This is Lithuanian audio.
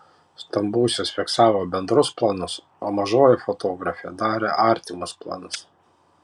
stambusis fiksavo bendrus planus o mažoji fotografė darė artimus planus